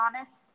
honest